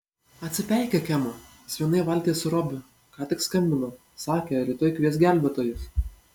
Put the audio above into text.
atsipeikėk ema jis vienoje valtyje su robiu ką tik skambino sakė rytoj kvies gelbėtojus